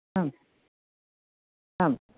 आं